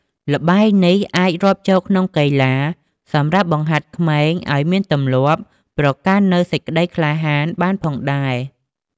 ល្បែងនេះ អាចរាប់ចូលក្នុងកីឡាសម្រាប់បង្ហាត់ក្មេងឲ្យមានទំលាប់ ប្រកាន់នូវសេចក្តីក្លាហានបានផងដែរ ។